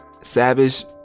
Savage